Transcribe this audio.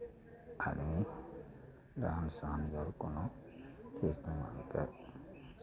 आदमी कोनो